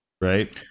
Right